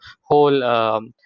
whole